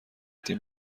تیم